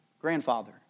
grandfather